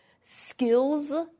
skills